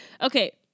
okay